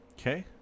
Okay